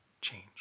change